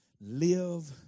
live